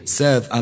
serve